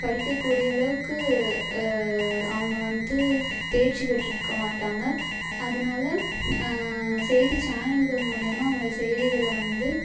படிக்கக் கூடிய அளவுக்கு அவங்க வந்து தேர்ச்சி பெற்றிருக்க மாட்டாங்க அதனால செய்தி சேனல்கள் மூலியமாக அவங்க செய்திகளை வந்து